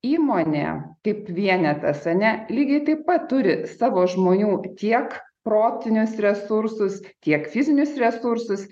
įmonė kaip vienetas ar ne lygiai taip pat turi savo žmonių tiek protinius resursus tiek fizinius resursus